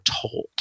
told